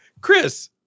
Chris